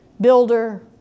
builder